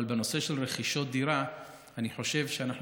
אבל בנושא של רכישות דירה אני חושב שאנחנו